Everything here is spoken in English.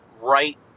right